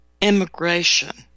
immigration